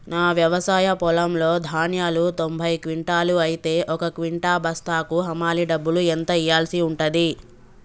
నా వ్యవసాయ పొలంలో ధాన్యాలు తొంభై క్వింటాలు అయితే ఒక క్వింటా బస్తాకు హమాలీ డబ్బులు ఎంత ఇయ్యాల్సి ఉంటది?